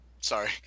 sorry